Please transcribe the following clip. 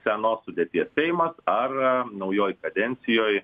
senos sudėties seimas ar naujoj kadencijoj